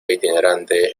itinerante